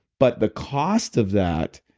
but the cost of that,